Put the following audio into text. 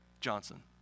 Johnson